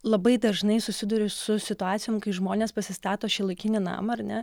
labai dažnai susiduriu su situacijom kai žmonės pasistato šiuolaikinį namą ar ne